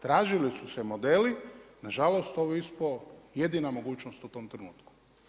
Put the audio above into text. Tražili su se modeli, na žalost, to bi ispalo jedina mogućnost u tom trenutku.